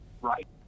right